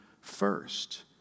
first